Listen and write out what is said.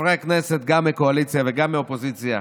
מחברי הכנסת, גם מהקואליציה וגם מהאופוזיציה,